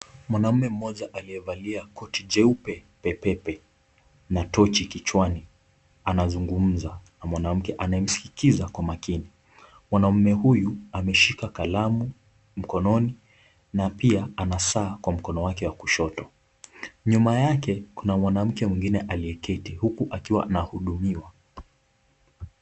Mwanaume mmoja aliyevalia koti jeupe pepepe na tochi kichwani anazungumza na mwanamke anayemsikiza kwa makini. Mwanaume huyu ameshika kalamu mkononi na pia ana saa kwa mkono wake wa kushoto. Nyuma yake kuna mwanamke mwingine aliyeketi huku akiwa anahudumiwa.